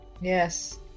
Yes